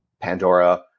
Pandora